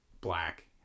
black